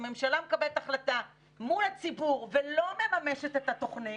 שממשלה מקבלת החלטה מול הציבור ולא מממשת את התוכנית,